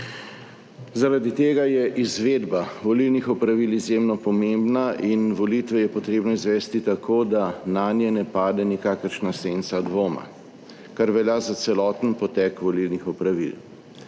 Zaradi tega je izvedba volilnih opravil izjemno pomembna in volitve je potrebno izvesti tako, da nanje ne pade nikakršna senca dvoma, kar velja za celoten potek volilnih opravil.